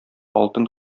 алтын